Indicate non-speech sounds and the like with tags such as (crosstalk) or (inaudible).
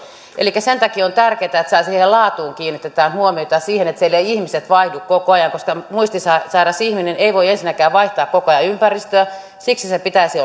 elikkä sen takia on tärkeää että siihen laatuun kiinnitetään huomiota ja siihen että siellä eivät ihmiset vaihdu koko ajan koska muistisairas ihminen ei voi ensinnäkään vaihtaa koko ajan ympäristöä siksi hänen pitäisi (unintelligible)